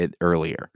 earlier